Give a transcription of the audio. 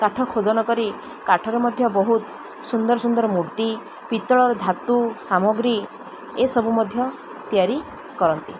କାଠ ଖୋଦନ କରି କାଠରେ ମଧ୍ୟ ବହୁତ ସୁନ୍ଦର ସୁନ୍ଦର ମୂର୍ତ୍ତି ପିତ୍ତଳର ଧାତୁ ସାମଗ୍ରୀ ଏସବୁ ମଧ୍ୟ ତିଆରି କରନ୍ତି